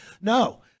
No